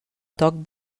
toc